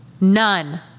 None